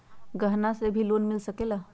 गहना से भी लोने मिल सकेला?